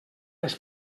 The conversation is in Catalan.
les